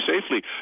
safely